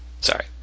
Sorry